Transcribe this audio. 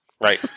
right